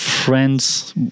friends